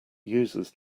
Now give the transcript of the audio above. users